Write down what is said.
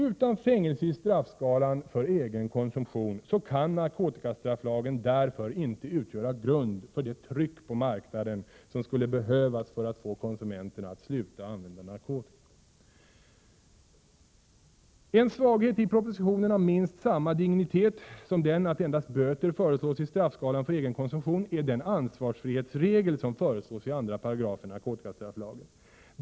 Utan fängelse i straffskalan för egen konsumtion kan narkotikastrafflagen därför inte utgöra grund för det tryck på marknaden som skulle behövas för att få konsumenterna att sluta använda narkotika. En svaghet i propositionen av minst samma dignitet som den att endast böter föreslås i straffskalan för egen konsumtion är den ansvarsfrihetsregel som föreslås i 2 § narkotikastrafflagen.